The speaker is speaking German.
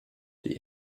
die